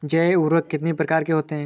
जैव उर्वरक कितनी प्रकार के होते हैं?